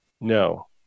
No